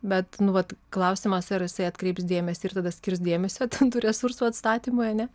bet nu vat klausimas ar jisai atkreips dėmesį ir tada skirs dėmesio ten tų resursų atstatymui ar ne